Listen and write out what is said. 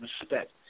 respect